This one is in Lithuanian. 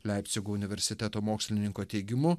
leipcigo universiteto mokslininko teigimu